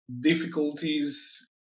difficulties